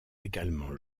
également